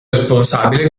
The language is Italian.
responsabile